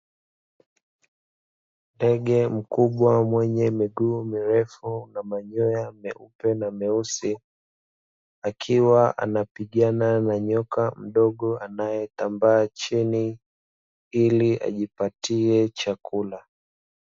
Ndege mkubwa mwenye miguu mirefu na manyoya meupe na meusi akiwa anapigana na nyoka mdogo anayetambaa chini ili ajipatie chakula.